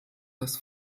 das